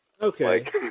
Okay